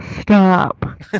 stop